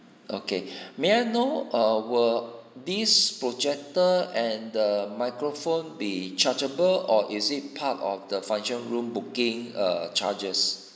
okay may I know err will these projector and the microphone be chargeable or is it part of the function room booking err charges